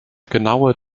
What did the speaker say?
genaue